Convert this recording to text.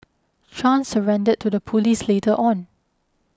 Chan surrendered to the police later on